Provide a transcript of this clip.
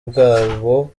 bwabo